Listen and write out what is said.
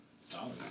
Solid